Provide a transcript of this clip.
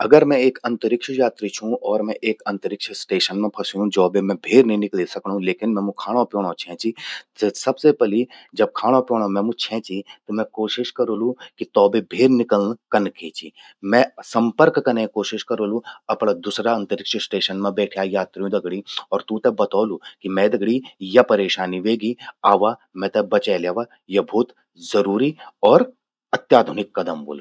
अगर मैं एक अंतिरिक्ष यात्रि छूं और मैं एक अंतिरिक्ष स्टेशन मां फस्यूं जो बे मैं भेर मनी निकली सकणूं, लेकिन मैंमू खाणों प्योणों छें चि। त सबसे पलि जब खाणों प्योणों मैंमूं छें चि, त मैं कोशिश करोलु कि तौ बे भैर निकल्ल कनके चि। मैं संपर्क कनै कोशिश करोलु अपरा दुसरा अंतरिक्ष स्टेशन मां बैठ्यां यात्र्यूं दगड़ि। और तूंते बतौलु कि मैं दगड़ि या परेशानि व्हेगि। आवा मेते बचै ल्यवा। या भौत जरुरि और अत्याधुनिक कदम व्होलु।